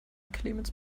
clemens